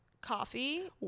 coffee